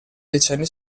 decenni